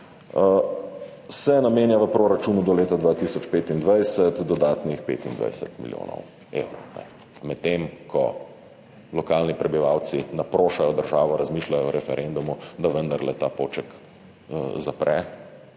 se namenja v proračunu do leta 2025 dodatnih 25 milijonov evrov, medtem ko lokalni prebivalci naprošajo državo, razmišljajo o referendumu, da vendarle Poček zapre,